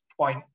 point